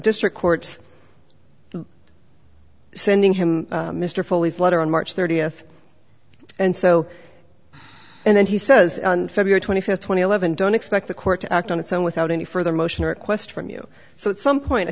district court sending him mr foley's letter on march thirtieth and so and then he says february twenty first twenty eleven don't expect the court to act on its own without any further motion request from you so at some point i